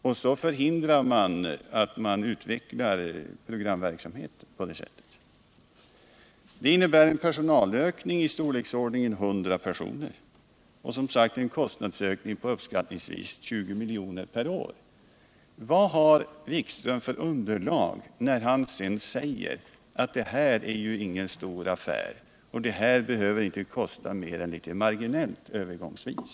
Och så förhindrar man på det sättet att programverksamheten utvecklas. Organisationsförändringen innebär en personalökning i storleksordningen 100 personer och en kostnadsökning på uppskattningsvis 20 miljoner per år. Vad har Jan-Erik Wikström för underlag när han sedan säger att detta inte är någon stor affär, att detta inte behöver kosta mer än marginella summor övergångsvis?